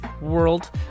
world